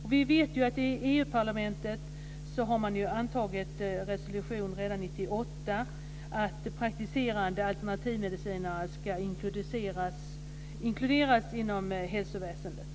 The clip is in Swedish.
EU-parlamentet antog redan 1998 en resolution om att praktiserande alternativmedicinare ska inkluderas inom hälsoverksamhet.